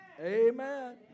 Amen